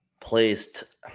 placed